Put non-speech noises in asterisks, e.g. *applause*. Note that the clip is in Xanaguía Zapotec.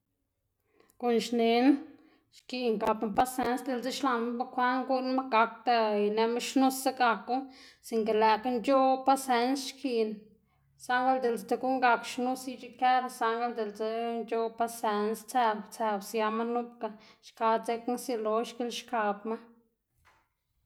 Guꞌn xnená xkiꞌn gapma pasëns diꞌltse xlaꞌnma bukwaꞌn guꞌnnma gakda ineꞌma xnuse gaku singa lëꞌkga nc̲h̲oꞌb pasëns xkiꞌn saꞌngl diꞌltse ti guꞌn gak xnuse ic̲h̲ikeda saꞌngl nap diꞌltse nc̲h̲oꞌb pasëns tsëw tsëw siama nupga xka dzekna xielo xkilkabma. *noise*